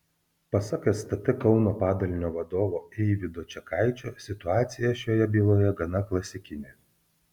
pasak stt kauno padalinio vadovo eivydo čekaičio situacija šioje byloje gana klasikinė